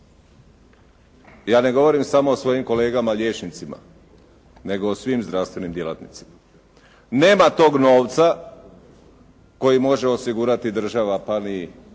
Ja ne govorim samo o svojim kolegama liječnicima nego o svim zdravstvenim djelatnicima. Nema tog novca koji može osigurati država pa ni